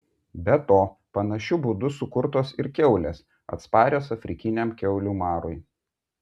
be to panašiu būdu sukurtos ir kiaulės atsparios afrikiniam kiaulių marui